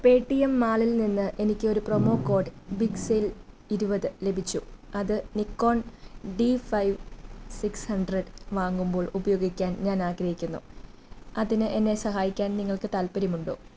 Paytm മാളിൽ നിന്ന് എനിക്കൊരു പ്രൊമോ കോഡ് ബിഗ് സെയിൽ ഇരുപത് ലഭിച്ചു അത് Nikon D five six hundred വാങ്ങുമ്പോൾ ഉപയോഗിക്കാൻ ഞാൻ ആഗ്രഹിക്കുന്നു അതിന് എന്നെ സഹായിക്കാൻ നിങ്ങൾക്ക് താൽപ്പര്യമുണ്ടോ